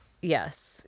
Yes